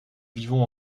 vivons